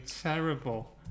terrible